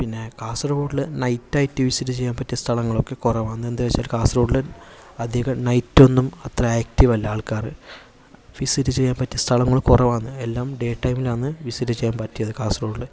പിന്നെ കാസർഗൊഡില് നൈറ്റ് ആയിട്ട് വിസിറ്റ് ചെയ്യാൻ പറ്റിയ സ്ഥലങ്ങളൊക്കെ കുറവാണ് എന്നുചോദിച്ചാല് കാസർഗൊഡില് അധികം നൈറ്റൊന്നും അത്ര ആക്റ്റീവ് അല്ല ആൾക്കാര് വിസിറ്റ് ചെയ്യാൻ പറ്റിയ സ്ഥലങ്ങളും കുറവാണ് എല്ലാം ഡേ ടൈമിലാണ് വിസിറ്റ് ചെയ്യാൻ പറ്റിയത് കാസർഗോഡില്